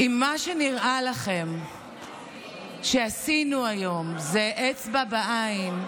אם נראה לכם שמה שעשינו היום זה אצבע בעין,